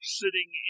sitting